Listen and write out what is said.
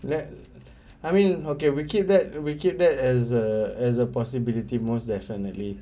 like I mean okay we keep that we keep that as a as a possibility most definitely